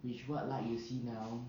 which what light you see now